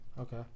Okay